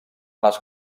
les